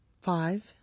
five